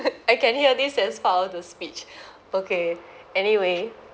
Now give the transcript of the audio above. I can hear this as vow to speech okay anyway